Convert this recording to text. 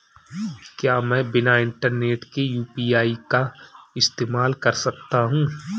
क्या मैं बिना इंटरनेट के यू.पी.आई का इस्तेमाल कर सकता हूं?